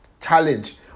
challenge